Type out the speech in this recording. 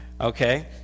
Okay